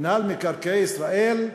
מינהל מקרקעי ישראל,